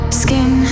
skin